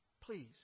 Please